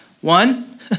One